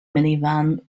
minivan